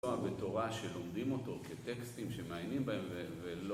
בתורה שלומדים אותו כטקסטים שמעיינים בהם ולא